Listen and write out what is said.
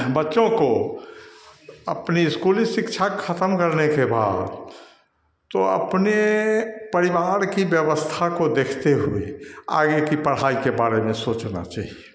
बच्चों को अपनी स्कूली शिक्षा खत्म करने के बाद तो अपने परिवार की व्यवस्था को देखते हुए आगे की पढ़ाई के बारे में सोचना चाहिए